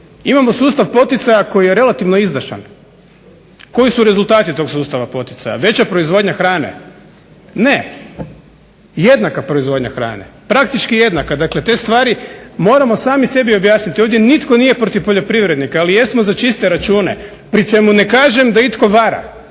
Imamo sustav poticaja koji je relativno izdašan. Koji su rezultati tog sustava poticaja? Veća proizvodnja hrane? Ne. Jednaka proizvodnja hrane, praktički jednaka. Dakle, te stvari moramo sami sebi objasniti. Ovdje nitko nije protiv poljoprivrednika, ali jesmo za čiste račune pri čemu ne kažem da itko vara.